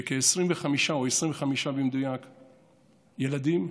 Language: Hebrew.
ש-25 מהם ילדים,